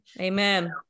amen